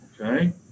okay